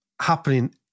happening